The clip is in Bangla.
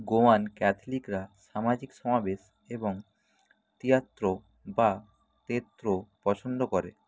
গোয়ান ক্যাথলিকরা সামাজিক সমাবেশ এবং তিয়াত্র বা তেত্রো পছন্দ করে